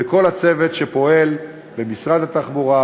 וכל הצוות שפועל במשרד התחבורה,